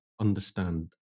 understand